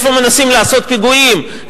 איפה מנסים לעשות פיגועים,